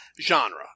genre